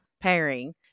pairing